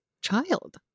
child